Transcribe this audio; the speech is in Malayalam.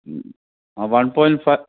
ആ വൺ പോയിൻറ്റ് ഫ